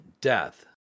death